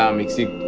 um mexico